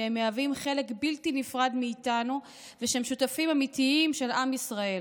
שהם מהווים חלק בלתי נפרד מאיתנו ושהם שותפים אמיתיים של עם ישראל,